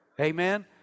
Amen